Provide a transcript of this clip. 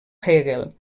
hegel